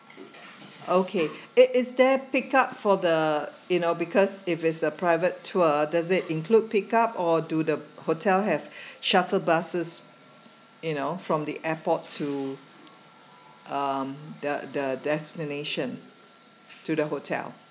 okay it is there pick up for the you know because if it's a private tour does it include pick up or do the hotel have shuttle buses you know from the airport to um the the destination to the hotel